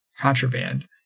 Contraband